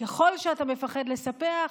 ככל שאתה מפחד לספח,